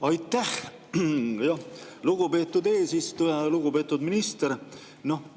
Aitäh, lugupeetud eesistuja! Lugupeetud minister!